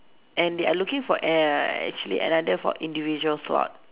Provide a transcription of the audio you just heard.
and they are looking for a~ actually another for individual slot